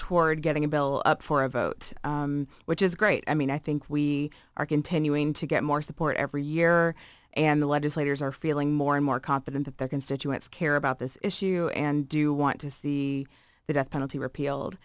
toward getting a bill up for a vote which is great i mean i think we are continuing to get more support every year and the legislators are feeling more and more confident that their constituents care about this issue and do want to see the death penalty repealed